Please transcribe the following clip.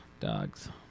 dogs